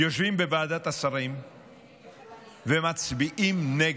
יושבים בוועדת השרים ומצביעים נגד,